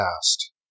past